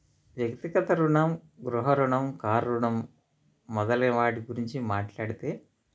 వ్యక్తిగత రుణం గృహ రుణం కార్ రుణం మొదలైన వాటి గురించి మాట్లాడితే